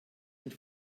mit